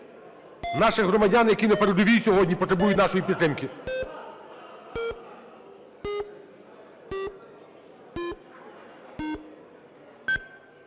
Наші громадяни, які на передовій сьогодні, потребують нашої підтримки.